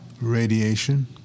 radiation